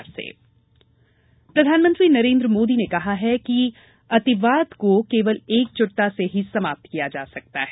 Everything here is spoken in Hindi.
मोदी प्रधानमंत्री नरेन्द्र मोदी ने कहा है कि अतिवाद को केवल एकजुटता से ही समाप्त किया जा सकता है